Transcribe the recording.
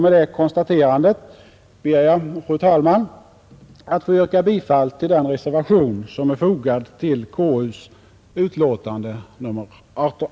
Med det konstaterandet ber jag, fru talman, att få yrka bifall till den reservation som är fogad till konstitutionsutskottets betänkande nr 18.